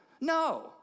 No